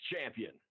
champion